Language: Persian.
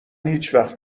هیچوقت